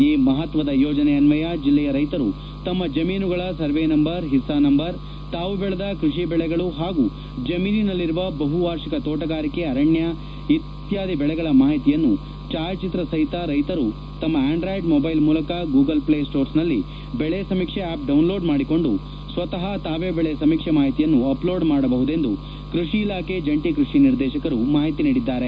ಈ ಮಹತ್ವದ ಯೋಜನೆ ಅನ್ವಯ ಜಿಲ್ಲೆಯ ರೈತರು ತಮ್ಮ ಜಮೀನುಗಳ ಸರ್ವೆ ನಂಬರ್ ಹಿಸ್ಟಾ ನಂಬರ್ ತಾವು ಬೆಳೆದ ಕೃಷಿ ಬೆಳೆಗಳ ಹಾಗೂ ಜಮೀನಿನಲ್ಲಿರುವ ಬಹು ವಾರ್ಷಿಕ ತೋಣಗಾರಿಕೆ ಅರಣ್ಯ ಇತರೆ ಬೆಳೆಗಳ ಮಾಹಿತಿಯನ್ನು ಛಾಯಾಚಿತ್ರ ಸಹಿತ ರೈತರು ತಮ್ಮ ಅಂಡ್ರಾಡ್ ಮೊಬ್ಶೆಲ್ ಮೂಲಕ ಗೂಗಲ್ ಪ್ಲೇ ಸ್ಪೋರ್ಸ್ನಲ್ಲಿ ಬೆಳೆ ಸಮೀಕ್ಷೆ ಆಪ್ ಡೌನ್ಲೋಡ್ ಮಾಡಿಕೊಂಡು ಸ್ವತಃ ತಾವೇ ಬೆಳೆ ಸಮೀಕ್ಷೆ ಮಾಹಿತಿಯನ್ನ ಅಪ್ಲೋಡ್ ಮಾಡಬಹುದೆಂದು ಕೃಷಿ ಇಲಾಖೆ ಜಂಟಿ ಕೃಷಿ ನಿರ್ದೇಶಕರು ತಿಳಿಸಿದ್ದಾರೆ